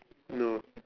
no